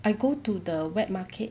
I go to the wet market